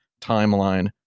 timeline